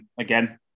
again